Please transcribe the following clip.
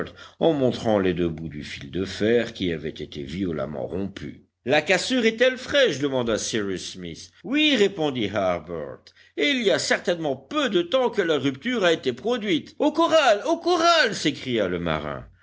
en montrant les deux bouts du fil de fer qui avait été violemment rompu la cassure est-elle fraîche demanda cyrus smith oui répondit harbert et il y a certainement peu de temps que la rupture a été produite au corral au corral s'écria le marin